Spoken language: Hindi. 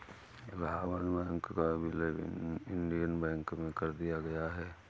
इलाहबाद बैंक का विलय इंडियन बैंक में कर दिया गया है